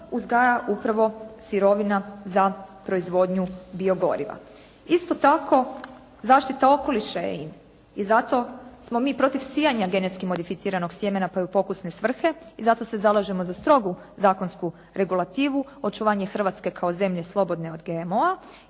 uzgaja upravo sirovina za proizvodnju biogoriva. Isto tako, zaštita okoliša je in i zato smo mi protiv sijanja genetski modificiranog sjemena pa i u pokusne svrhe. I zato se zalažemo za strogu zakonsku regulativu, očuvanje Hrvatske kao zemlje slobode od GMO-a